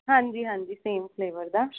ਹਾਂਜੀ ਹਾਂਜੀ same flavour ਦਾ